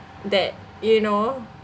that you know